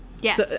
yes